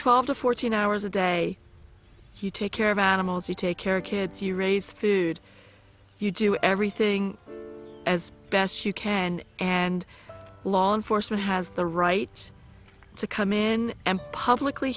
twelve to fourteen hours a day you take care of animals you take care of kids you raise food you do everything as best you can and law enforcement has the right to come in and publicly